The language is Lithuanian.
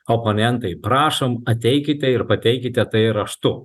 oponentai prašom ateikite ir pateikite tai raštu